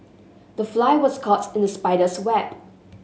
the fly was caught in the spider's web